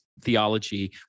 theology